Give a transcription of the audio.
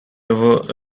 river